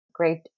Great